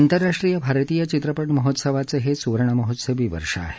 आंतरराष्ट्रीय भारतीय चित्रपट महोत्सवाचं हे सुवर्णमहोत्सवी वर्ष आहे